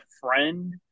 friend